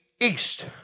east